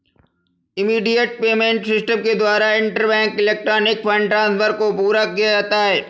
immediate payment system के द्वारा interbank electronic fund transfer को पूरा किया जाता है